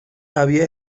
había